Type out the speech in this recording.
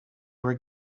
were